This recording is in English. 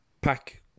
pack